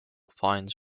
finds